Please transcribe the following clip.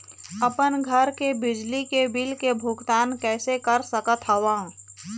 अपन घर के बिजली के बिल के भुगतान कैसे कर सकत हव?